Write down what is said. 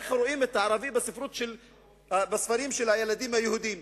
איך רואים את הערבי בספרים של הילדים היהודים.